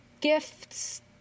gifts